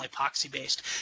epoxy-based